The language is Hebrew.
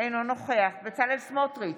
אינו נוכח בצלאל סמוטריץ'